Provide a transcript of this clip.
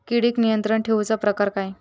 किडिक नियंत्रण ठेवुचा प्रकार काय?